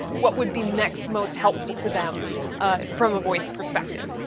what would be next most helpful to them from a voice perspective?